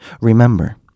Remember